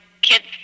kids